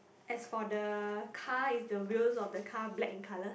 as for the car is the wheels of the car black in color